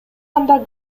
анда